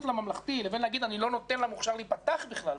לממלכתי" לבין להגיד "אני לא נותן למוכש"ר להיפתח בכלל,